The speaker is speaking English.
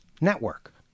network